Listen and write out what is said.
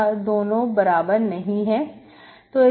यह दोनों बराबर नहीं है